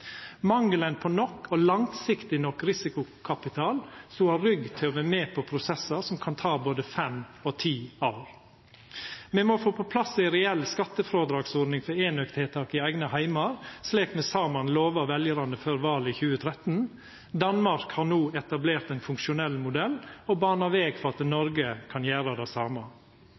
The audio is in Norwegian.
mangelen på nok og langsiktig nok risikokapital som har rygg til å vera med på prosessar som kan ta både fem og ti år. Me må få på plass ei reell skattefrådragsordning for enøk-tiltak i eigne heimar, slik me saman lova veljarane før valet i 2013. Danmark har no etablert ein funksjonell modell og bana veg for at Noreg kan gjera det same.